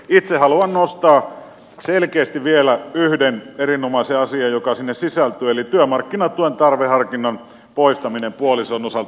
itse haluan nostaa selkeästi vielä yhden erinomaisen asian joka sinne sisältyy eli työmarkkinatuen tarveharkinnan poistamisen puolison osalta